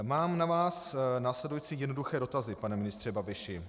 Mám na vás následující jednoduché dotazy, pane ministře Babiši.